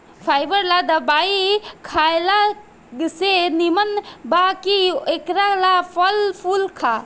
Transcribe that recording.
fibre ला दवाई खएला से निमन बा कि एकरा ला फल फूल खा